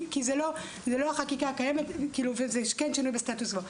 זה לא החקיקה הקיימת וזה כן שינוי בסטטוס קוו,